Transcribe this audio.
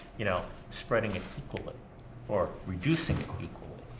you know, spreading it equally or reducing equally?